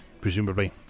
presumably